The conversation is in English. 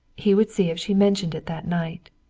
he would see if she mentioned it that night.